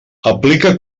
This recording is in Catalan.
aplica